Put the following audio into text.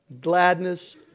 gladness